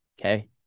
Okay